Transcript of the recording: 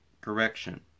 correction